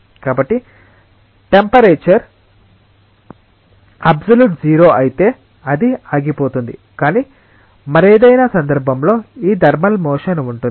కాబట్టి temperature absolute zero అయితే అది ఆగిపోతుంది కానీ మరేదైనా సందర్భంలో ఈ థర్మల్ మోషన్ ఉంటుంది